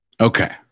Okay